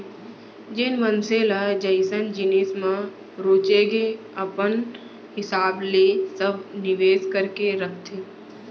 जेन मनसे ल जइसन जिनिस म रुचगे अपन हिसाब ले सब निवेस करके रखथे